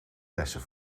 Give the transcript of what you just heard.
lessen